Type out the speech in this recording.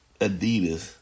Adidas